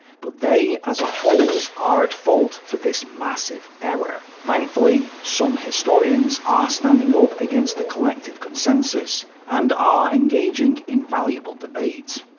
but they as a whole are at fault for this massive error. thankfully some historians are standing up against the collective consensus, and are engaging in valuable debate.